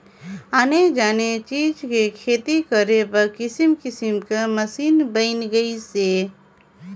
आने आने चीज के खेती करे बर किसम किसम कर मसीन बयन गइसे